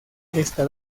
esta